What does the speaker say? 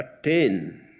attain